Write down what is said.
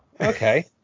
okay